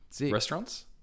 Restaurants